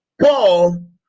Paul